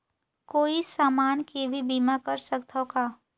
कोई समान के भी बीमा कर सकथव का?